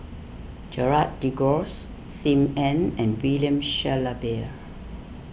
Gerald De Cruz Sim Ann and William Shellabear